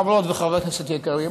חברות וחברי כנסת יקרים,